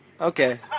Okay